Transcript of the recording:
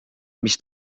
mis